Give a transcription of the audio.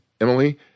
emily